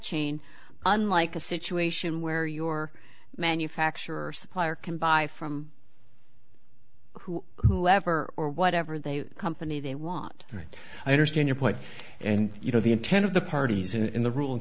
chain unlike a situation where your manufacturer supplier can buy from who whoever or whatever they company they want right i understand your point and you know the intent of the parties in the rule